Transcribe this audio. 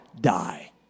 die